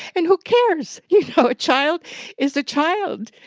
and who cares? you know, a child is a child.